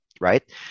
right